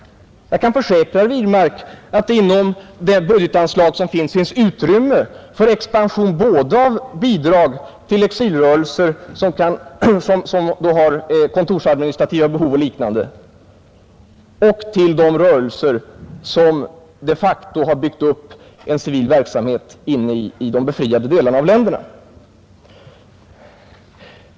Jag kan försäkra herr Wirmark att det inom budgetanslaget finns utrymme för expansion både av bidrag till exilrörelser, som har kontorsadministrativa behov och liknande, och till de rörelser som de facto har byggt upp en civil verksamhet i de befriade delarna av länderna.